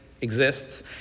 exists